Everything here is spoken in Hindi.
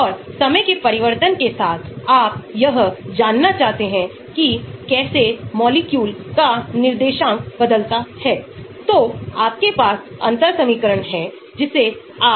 तो R का आकार बताता है कि न्यूक्लियोफिलिक हमला कितना आसान है अथवा कितना मुश्किल है